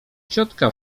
ciotka